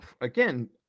again